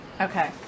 Okay